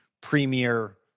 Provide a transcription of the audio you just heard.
premier